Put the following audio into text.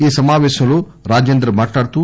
ఈ సమాపేశంలో రాజేందర్ మాట్లాడుతూ